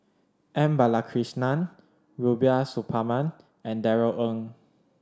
M Balakrishnan Rubiah Suparman and Darrell Ang